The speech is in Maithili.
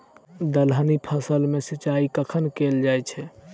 दलहनी फसल मे सिंचाई कखन कैल जाय छै?